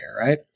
right